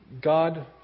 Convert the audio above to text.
God